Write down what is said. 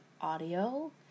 audio